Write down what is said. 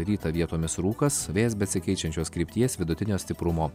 rytą vietomis rūkas vėjas besikeičiančios krypties vidutinio stiprumo